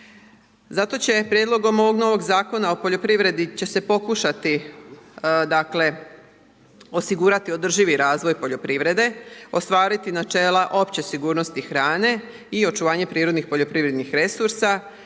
Zato će prijedlogom ovog novog Zakona o poljoprivredi će se pokušati osigurati održivi razvoj poljoprivrede, ostvariti načela opće sigurnosti hrane i očuvanje prirodnih poljoprivrednih resursa,